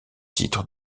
titre